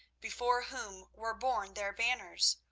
before whom were borne their banners.